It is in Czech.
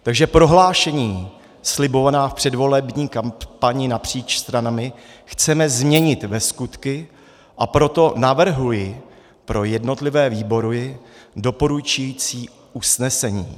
Takže prohlášení slibovaná v předvolební kampani napříč stranami chceme změnit ve skutky, a proto navrhuji pro jednotlivé výbory doporučující usnesení.